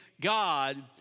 God